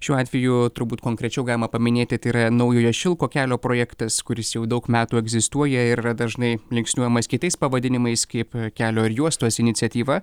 šiuo atveju turbūt konkrečiau galima paminėti tai yra naujojo šilko kelio projektas kuris jau daug metų egzistuoja ir yra dažnai linksniuojamas kitais pavadinimais kaip kelio ir juostos iniciatyva